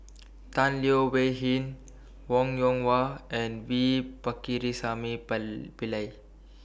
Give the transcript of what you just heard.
Tan Leo Wee Hin Wong Yoon Wah and V Pakirisamy Pillai